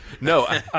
No